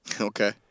Okay